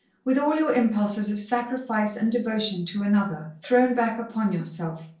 with all your impulses of sacrifice and devotion to another thrown back upon yourself.